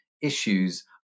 issues